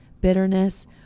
bitterness